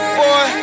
boy